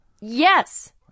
Yes